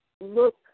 Look